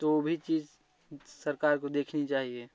तो भी चीज सरकार को देखनी चाहिए